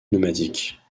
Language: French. pneumatiques